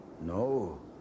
No